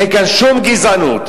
אין כאן שום גזענות.